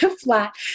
flat